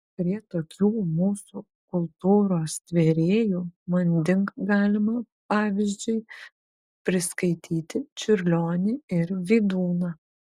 prie tokių mūsų kultūros tvėrėjų manding galima pavyzdžiui priskaityti čiurlionį ir vydūną